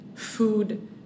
Food